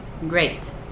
Great